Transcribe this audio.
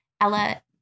Ella